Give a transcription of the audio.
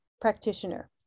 practitioner